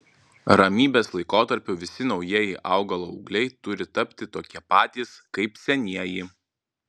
ramybės laikotarpiu visi naujieji augalo ūgliai turi tapti tokie patys kaip senieji